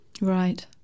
right